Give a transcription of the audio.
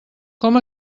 com